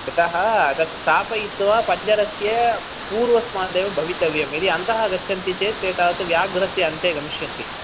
यतः तत् स्थापयित्वा पञ्जरस्य पूर्वस्मादेव भवितव्यं यदि अन्तः गच्छन्ति चेत् ते तावत् व्याघ्रस्य अन्तः गमिषन्ति